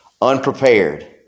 unprepared